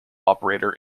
operator